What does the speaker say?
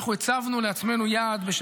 מה לך